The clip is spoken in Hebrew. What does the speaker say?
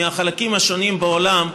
מהחלקים השונים בעולם,